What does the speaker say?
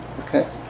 Okay